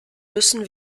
müssen